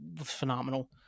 phenomenal